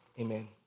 Amen